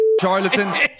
charlatan